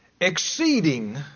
exceeding